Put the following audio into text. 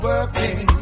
Working